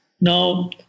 Now